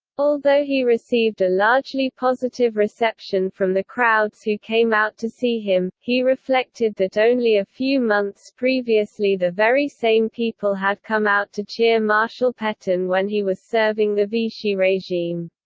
although he received a largely positive reception from the crowds who came out to see him, he reflected that only a few months previously the very same people had come out to cheer marshal petain when he was serving the vichy regime.